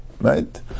Right